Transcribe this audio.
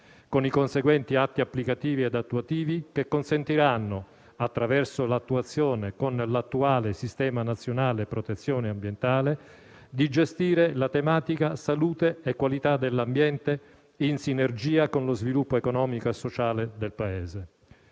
con i conseguenti atti applicativi e attuativi che consentiranno, attraverso l'attuazione con l'attuale Sistema nazionale protezione ambientale, di gestire la tematica salute e qualità dell'ambiente, in sinergia con lo sviluppo economico e sociale del Paese.